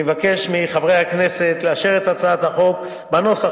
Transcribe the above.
אני מבקש מחברי הכנסת לאשר את הצעת החוק בנוסח